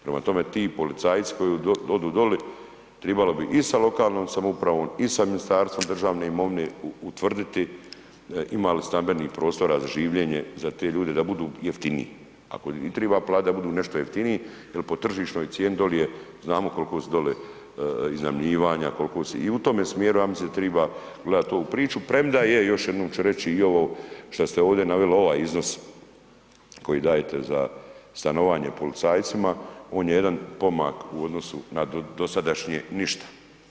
Prema tome, ti policajci koji odu doli tribalo bi i sa lokalnom samoupravom i sa Ministarstvom državne imovine utvrditi ima li stambenih prostora za življenje za te ljude da budu jeftiniji, ako im i triba platit, da budu nešto jeftiniji, jel po tržišnoj cijeni doli je, znamo kolko su dole iznajmljivanja, kolko su, i u tome smjeru ja mislim triba gledat ovu priču premda je, još jednom ću reći i ovo šta ste ovdje naveli ovaj iznos koji dajete za stanovanje policajcima, on je jedan pomak u odnosu na dosadašnje ništa.